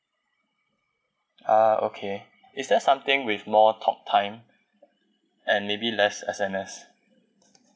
ah okay is there something with more talk time and maybe less S_M_S